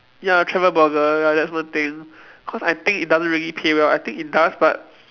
ya travel blogger ya that's one thing cause I think it doesn't really pay well I think it does but